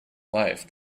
life